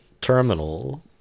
terminal